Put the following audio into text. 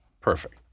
Perfect